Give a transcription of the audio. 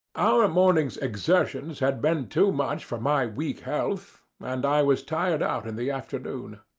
our morning's exertions had been too much for my weak health, and i was tired out in the afternoon.